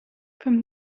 from